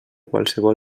qualsevol